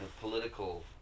political